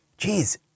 Jeez